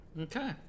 Okay